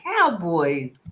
cowboys